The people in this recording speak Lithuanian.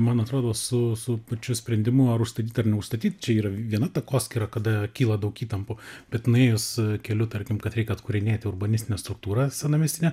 man atrodo su su pačiu sprendimu ar užstatyt ar neužstatyt čia yra viena takoskyra kada kyla daug įtampų bet nuėjus keliu tarkim kad reikia atkūrinėti urbanistinę struktūrą senamiestinę